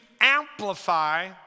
amplify